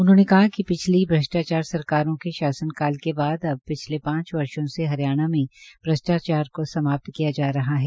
उन्होंने कहा कि पिछली भ्रष्टाचार सरकारों के शासन के बाद अब पिछले पांच वर्षो से हरियाणा में भ्रष्टाचार को समाप्त किया जा रहा है